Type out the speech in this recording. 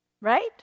right